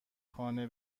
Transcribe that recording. خانه